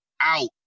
out